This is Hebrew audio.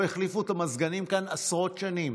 לא החליפו את המזגנים כאן עשרות שנים,